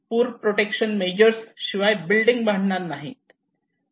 पूर protection measures शिवाय building बांधणार नाहीत